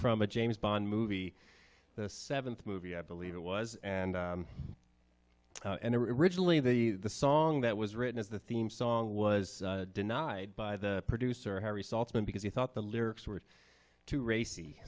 from a james bond movie the seventh movie i believe it was and and originally the song that was written as the theme song was denied by the producer harry saltzman because he thought the lyrics were too racy